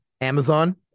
Amazon